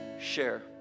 share